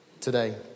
today